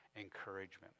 encouragement